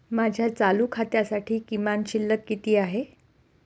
माझ्या चालू खात्यासाठी किमान शिल्लक किती आहे?